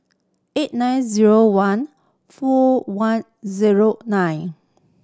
eight nine zero one four one zero nine